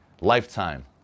lifetime